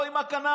לא עם הכנף.